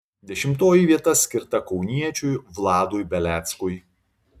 dešimtoji vieta skirta kauniečiui vladui beleckui